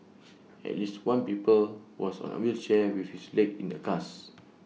at least one pupil was on A wheelchair with his leg in A cast